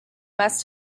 must